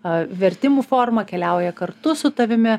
a vertimų forma keliauja kartu su tavimi